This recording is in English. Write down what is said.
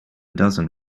dozen